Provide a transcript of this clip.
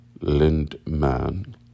Lindman